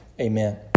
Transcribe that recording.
Amen